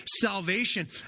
salvation